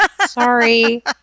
Sorry